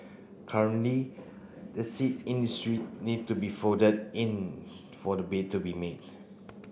currently the seat in the suite need to be folded in for the bed to be made